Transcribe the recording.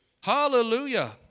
Hallelujah